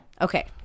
Okay